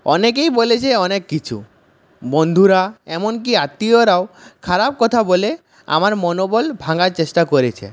অনেকেই বলেছে অনেক কিছু বন্ধুরা এমনকি আত্মীয়রাও খারাপ কথা বলে আমার মনোবল ভাঙার চেষ্টা করেছে